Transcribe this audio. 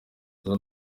aza